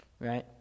right